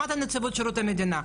שמעת את נציבות שירות המדינה,